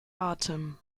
atem